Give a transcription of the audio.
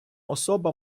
особа